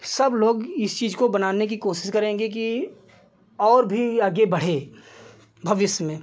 सब लोग इस चीज़ को बनाने की कोशिश करेंगे कि और भी आगे बढ़े भविष्य में